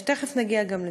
תכף נגיע גם לזה.